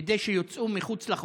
כדי שיוצאו מחוץ לחוק?